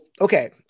okay